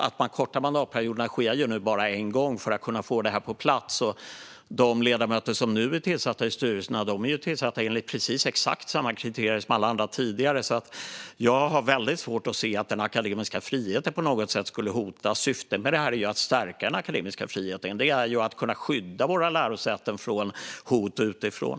Att man kortar mandatperioderna sker bara en gång för att kunna få det här på plats. De ledamöter som nu är tillsatta i styrelserna är ju tillsatta enligt precis exakt samma kriterier som alla tidigare, så jag har väldigt svårt att se att den akademiska friheten på något sätt skulle hotas. Syftet med det här är ju att stärka den akademiska friheten. Det är att kunna skydda våra lärosäten från hot utifrån.